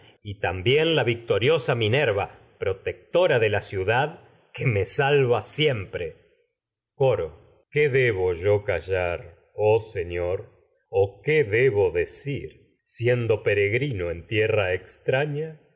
y victoriosa minerva también la protectora de la ciudad que me salva siempre coro qué debo yo callar oh señor o qué debo decir siendo peregrino en tierra extraña